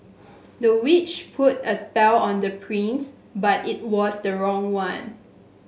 the witch put a spell on the prince but it was the wrong one